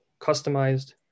customized